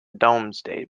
domesday